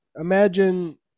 imagine